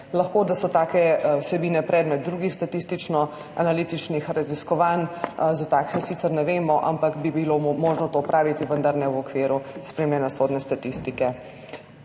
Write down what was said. Lahko da so take vsebine predmet drugih statistično-analitičnih raziskovanj, za takšne sicer ne vemo, ampak bi bilo možno to opraviti, vendar ne v okviru spremljanja sodne statistike.